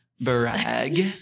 Brag